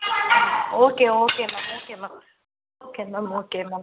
okay okay ma'am okay ma'am okay ma'am okay ma'am